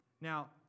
Now